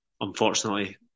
Unfortunately